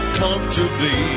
comfortably